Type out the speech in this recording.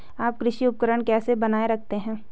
आप कृषि उपकरण कैसे बनाए रखते हैं?